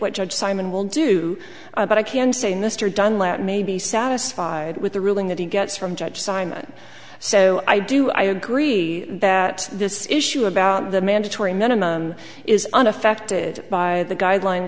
what judge simon will do but i can say mr dunlap may be satisfied with the ruling that he gets from judge simon so i do i agree that this issue about the mandatory minimum is unaffected by the guideline